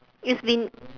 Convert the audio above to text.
it's been